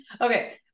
Okay